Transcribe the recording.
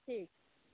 ठीक